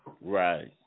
Right